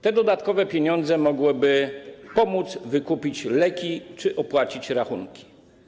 Te dodatkowe pieniądze mogłyby pomóc wykupić leki czy opłacić rachunki.